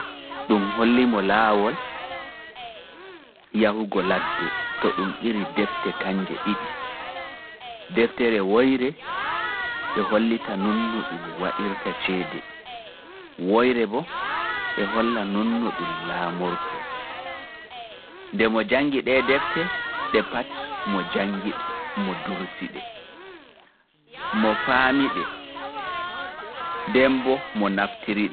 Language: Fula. ɗun hollimo laawol yahugo ladde to ɗun iri defte kanje ɗiɗi(two). Deftere woire e holla nonno ɗun waɗirta cede, woire bo e holla nonno ɗun laamorto.